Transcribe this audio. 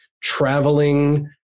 traveling